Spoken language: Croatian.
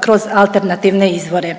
kroz alternativne izvore.